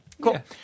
Cool